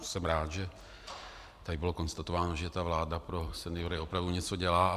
Jsem rád, že tady bylo konstatováno, že ta vláda pro seniory opravdu něco dělá.